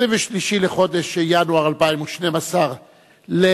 23 בחודש ינואר 2012 למניינם,